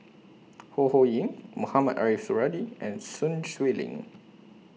Ho Ho Ying Mohamed Ariff Suradi and Sun Xueling